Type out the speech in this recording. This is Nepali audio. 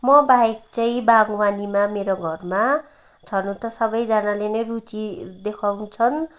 मबाहेक चाहिँ बागवानीमा मेरो घरमा छनु त सबैजनाले नै रुचि देखाउँछन्